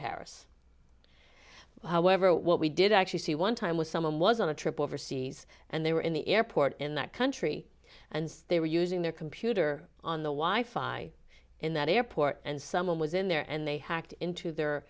paris however what we did actually see one time was someone was on a trip overseas and they were in the airport in that country and they were using their computer on the wife i in that airport and someone was in there and they hacked into their